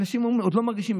אנשים עוד לא מרגישים,